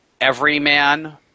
everyman